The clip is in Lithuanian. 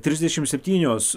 trisdešimt septynios